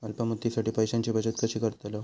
अल्प मुदतीसाठी पैशांची बचत कशी करतलव?